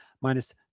minus